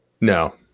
no